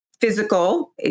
physical